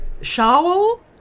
Shawl